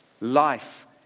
Life